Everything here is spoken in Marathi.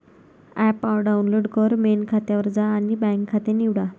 ॲप डाउनलोड कर, मेन खात्यावर जा आणि बँक खाते निवडा